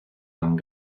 amb